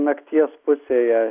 nakties pusėje